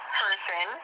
person